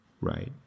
Right